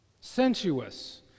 Sensuous